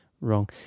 wrong